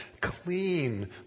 clean